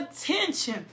attention